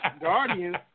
Guardians